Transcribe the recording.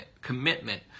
commitment